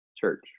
church